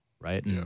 right